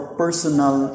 personal